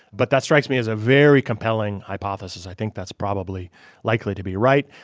but that strikes me as a very compelling hypothesis. i think that's probably likely to be right.